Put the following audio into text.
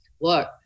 look